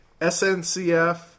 SNCF